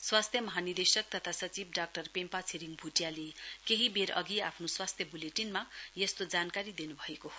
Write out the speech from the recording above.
स्वास्थ्य महानिदेशक तथा सचिव डाक्टर पेम्पा छिरिङ भुटियाले केही बेर अघि आफ्नो स्वास्थ बुलेटिनमा यस्तो जानकारी दिनुभएको हो